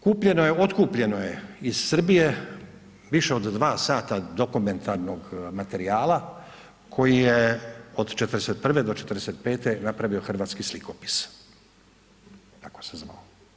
Kupljeno je, otkupljeno je iz Srbije više od dva sata dokumentarnog materijala koji je od 41. do 45. napravio Hrvatski slikopis, tako se zvao.